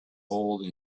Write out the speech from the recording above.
hole